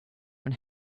even